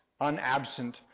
unabsent